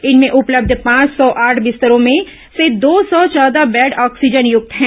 इनमें उपलब्ध पांच सौ आठ बिस्तरों में से दो सौ चौदह बेड ऑक्सीजनयुक्त है